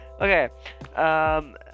okay